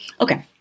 Okay